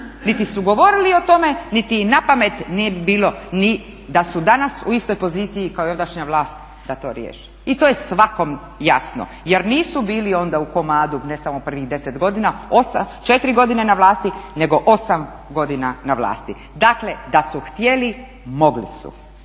niti su govorili o tome, niti im na pamet ne bi bilo ni da su danas u istoj poziciji kao i ondašnja vlast da to riješe. I to je svakom jasno, jer nisu bili onda u komadu ne samo prvih 10 godina, 4 godine na vlasti, nego 8 godina na vlasti. Dakle, da su htjeli mogli su.